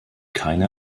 keine